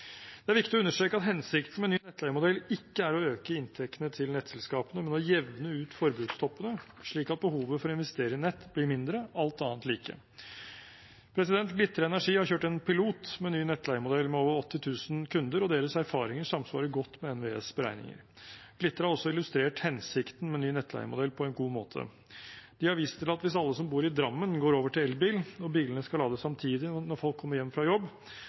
Det er viktig å understreke at hensikten med ny nettleiemodell ikke er å øke inntektene til nettselskapene, men å jevne ut forbrukstoppene, slik at behovet for å investere i nett blir mindre, alt annet like. Glitre Energi har kjørt en pilot med ny nettleiemodell med over 80 000 kunder, og deres erfaringer samsvarer godt med NVEs beregninger. Glitre har også illustrert hensikten med ny nettleiemodell på en god måte. De har vist til at hvis alle som bor i Drammen, går over til elbil og bilene skal lades samtidig, når folk kommer hjem fra jobb,